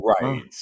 Right